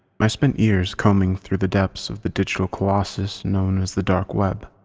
i spent years combing through the depths of the digital colossus known as the dark web.